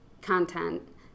content